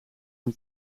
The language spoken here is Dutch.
een